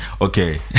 Okay